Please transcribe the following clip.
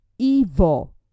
evil